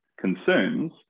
concerns